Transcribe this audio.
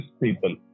people